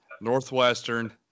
Northwestern